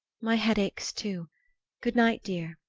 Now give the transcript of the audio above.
my head aches too good-night, dear,